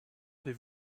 avez